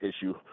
issue